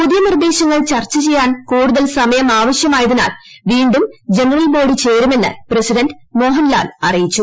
പുതിയ നിർദ്ദേശങ്ങൾ ചർച്ചചെയ്യാൻ കൂടുതൽ സമയം അവശ്യമായതിനാൽ വീണ്ടും ജനറൽ ബോഡി ചേരുമെന്ന് പ്രസിഡന്റ് മോഹൻലാൽ അറിയിച്ചു